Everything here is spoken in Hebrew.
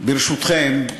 ברשותכם,